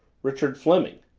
richard fleming.